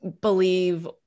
believe